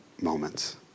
moments